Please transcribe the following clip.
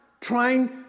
trying